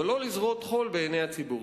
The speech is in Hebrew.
אבל לא לזרות חול בעיני הציבור.